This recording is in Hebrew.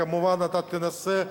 מובן שאתה תנסה,